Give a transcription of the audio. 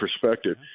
perspective